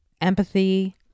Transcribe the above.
empathy